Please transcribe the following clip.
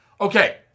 Okay